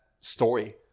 story